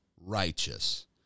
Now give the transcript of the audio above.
righteous